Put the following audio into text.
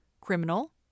criminal